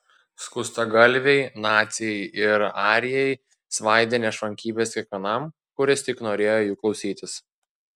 skustagalviai naciai ir arijai svaidė nešvankybes kiekvienam kuris tik norėjo jų klausytis